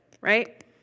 right